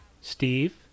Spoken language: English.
Steve